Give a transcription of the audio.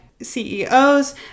CEOs